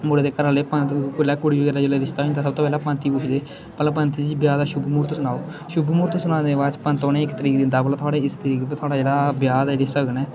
मुड़े दे घरै आह्ले पंत जेल्लै कुड़ी कन्नै जेल्लै रिश्ता होई जंदा ते सब्भ तों पैह्लें पंत गी पुच्छदे भला पंत जी ब्याह दा शुभ म्हूर्त सनाओ शुभ म्हूर्त सनाने दे बाद च पंत उ'नें गी इक तरीक दिंदा भला थुआड़े इस तरीक उप्पर थुआड़ा जेह्ड़ा ब्याह दा जेह्ड़ा सगन ऐ